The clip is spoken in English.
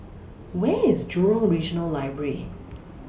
Where IS Jurong Regional Library